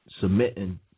submitting